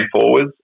forwards